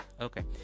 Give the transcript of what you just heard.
Okay